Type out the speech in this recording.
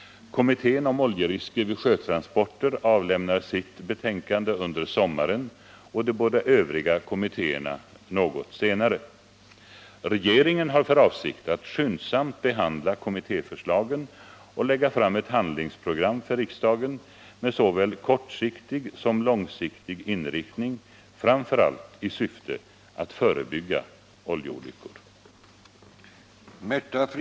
Kommittén om oljerisker vid sjötransporter avlämnar sitt betänkande under sommaren, och de båda övriga kommittéerna lämnar sina betänkanden något senare. Regeringen har för avsikt att skyndsamt behandla kommittéförslagen och lägga fram ett handlingsprogram för riksdagen med såväl kortsiktig som långsiktig inriktning framför allt i syfte att förebygga oljeolyckor.